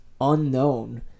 unknown